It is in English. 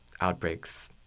outbreaks